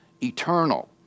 eternal